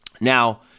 Now